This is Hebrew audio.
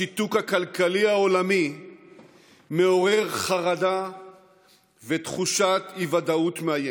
השיתוק הכלכלי העולמי מעורר חרדה ותחושת אי-ודאות מאיימת.